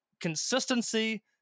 consistency